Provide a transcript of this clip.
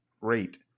rate